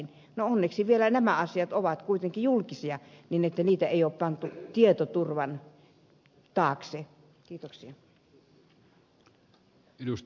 no onneksi vielä nämä asiat ovat kuitenkin julkisia niin että niitä ei ole pantu tietoturvan taakse